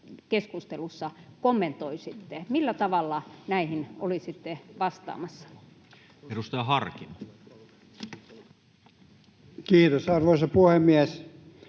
keskustelussa kommentoisitte. Millä tavalla näihin olisitte vastaamassa? [Speech 29] Speaker: Toinen varapuhemies